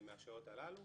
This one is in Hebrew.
מהשעות הללו,